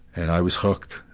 and i was hooked,